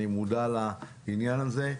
אני מודע לעניין הזה,